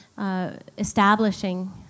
establishing